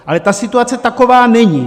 Ale ta situace taková není.